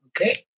okay